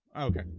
Okay